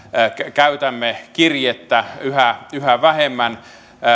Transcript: käytämme kirjettä yhä yhä vähemmän